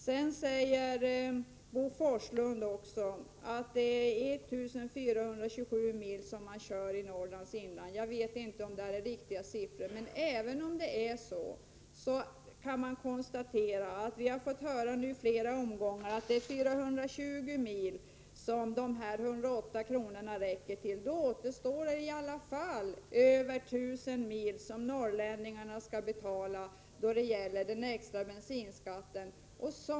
Sedan säger Bo Forslund att man kör 1 427 mil i Norrlands inland. Jag vet inte om det är riktigt. Men även om det är så har vi i flera omgångar fått höra att dessa 108 kr. räcker till 420 mil. Då återstår det i alla fall över 1 000 mil som norrlänningarna skall betala i extra bensinskatt.